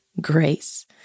grace